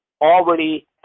already